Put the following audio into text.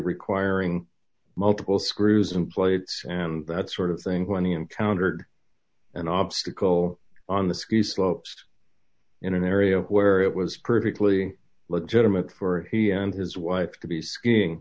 requiring multiple screws and plates and that sort of thing when he encountered an obstacle on the ski slopes in an area where it was perfectly legitimate for he and his wife to be skiing